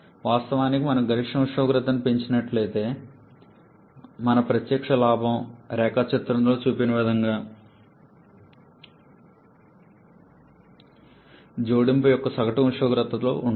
వాస్తవానికి మనము గరిష్ట ఉష్ణోగ్రతను పెంచినట్లయితే మన ప్రత్యక్ష లాభం రేఖాచిత్రంలో చూపిన విధంగా ఉష్ణ జోడింపు యొక్క సగటు ఉష్ణోగ్రతలో ఉంటుంది